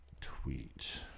tweet